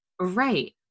Right